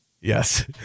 Yes